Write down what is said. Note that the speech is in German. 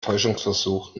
täuschungsversuch